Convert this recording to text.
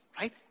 Right